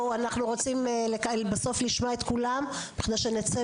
אנחנו רוצים בסוף לשמוע את כולם בכדי שנצא